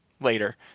later